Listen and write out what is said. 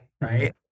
right